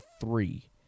three